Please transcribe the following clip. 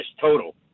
total